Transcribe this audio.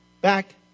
back